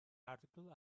article